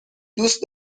دوست